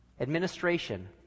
administration